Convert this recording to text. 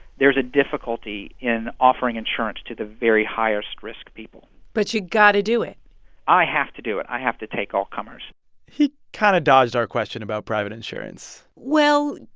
there's a difficulty in offering insurance to the very highest-risk people but you've got to do it i have to do it. i have to take all comers he kind of dodged our question about private insurance well,